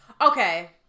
Okay